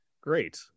Great